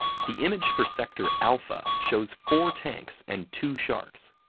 the image for sector alpha shows four tanks and two sharks,